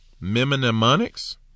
mnemonics